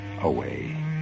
away